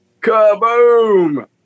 Kaboom